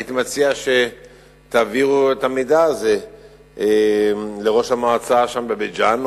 הייתי מציע שתעבירו את המידע לראש המועצה שם בבית-ג'ן,